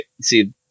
see